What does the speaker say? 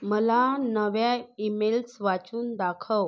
मला नव्या ईमेल्स वाचून दाखव